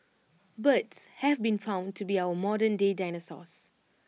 birds have been found to be our modernday dinosaurs